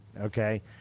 Okay